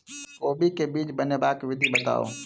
कोबी केँ बीज बनेबाक विधि बताऊ?